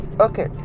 Okay